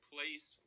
Place